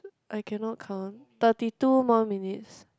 I cannot count thirty two more minutes